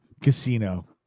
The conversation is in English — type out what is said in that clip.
Casino